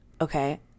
okay